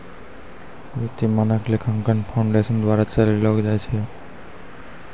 वित्तीय मानक लेखांकन फाउंडेशन द्वारा चलैलो जाय छै